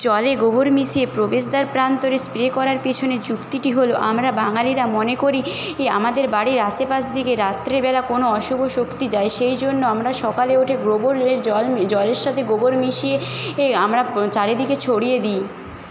জলে গোবর মিশিয়ে প্রবেশদ্বার প্রান্তরে স্প্রে করার পেছনে যুক্তিটি হলো আমরা বাঙালিরা মনে করি আমাদের বাড়ির আশেপাশ দিকে রাত্রেবেলা কোনো অশুভ শক্তি যায় সেই জন্য আমরা সকালে উঠে গোবরের জল জলের সাথে গোবর মিশিয়ে আমরা চারিদিকে ছড়িয়ে দিই